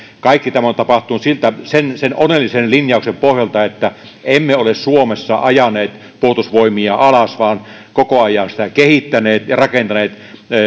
kaikki tämä on tapahtunut sen sen oleellisen linjauksen pohjalta että emme ole suomessa ajaneet puolustusvoimia alas vaan koko ajan sitä kehittäneet ja rakentaneet